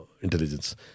intelligence